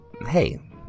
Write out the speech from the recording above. hey